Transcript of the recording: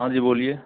हाँ जी बोलिए